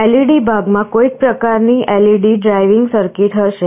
LED ભાગમાં કોઈક પ્રકારની LED ડ્રાઇવિંગ સર્કિટ હશે